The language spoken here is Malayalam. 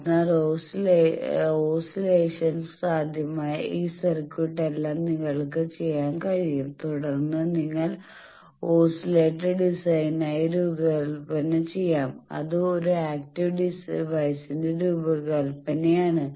അതിനാൽ ഓസിലേഷൻസ് സാധ്യമായ ഈ സർക്യൂട്ട് എല്ലാം നിങ്ങൾക്ക് ചെയ്യാൻ കഴിയും തുടർന്ന് നിങ്ങൾക്ക് ഓസിലേറ്റർ ഡിസൈനിനായി രൂപകൽപ്പന ചെയ്യാം അത് ഒരു ആക്റ്റീവ് ഡിവൈസിന്റെ രൂപകൽപ്പനയാണ്